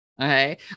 okay